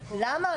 למה?